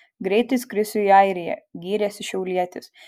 greitai skrisiu į airiją gyrėsi šiaulietis